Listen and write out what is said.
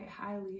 highly